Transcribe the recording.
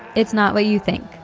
it's not what you think.